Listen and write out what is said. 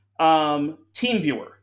TeamViewer